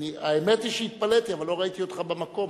האמת היא שהתפלאתי, אבל לא ראיתי אותך במקום.